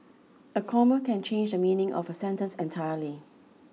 a comma can change the meaning of a sentence entirely